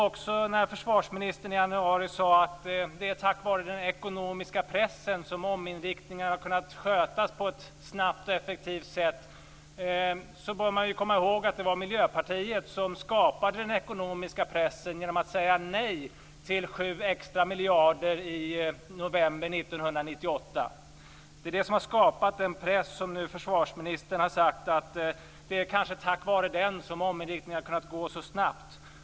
Också när försvarsministern i januari sade att det är tack vare den ekonomiska pressen som ominriktningen har kunnat skötas på ett snabbt och effektivt sätt, bör man komma ihåg att det var Miljöpartiet som skapade den ekonomiska pressen genom att säga nej till sju extra miljarder i november 1998. Det är det som har skapat en press på försvarsministern, och han har nu sagt att det kanske är tack vare den som ominriktningen har kunnat ske så snabbt.